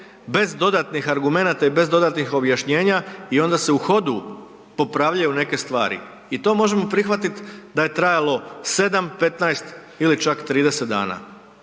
bez dodatnih argumenata i bez dodatnih objašnjenja i onda se u hodu popravljaju neke stvari. I to možemo prihvatit da je trajalo 7, 15 ili čak 30 dana,